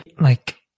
like-